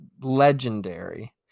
legendary